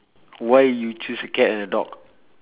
why you choose a cat and a dog